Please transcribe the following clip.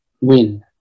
win